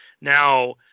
Now